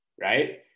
right